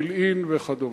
בילעין וכדומה.